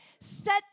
Set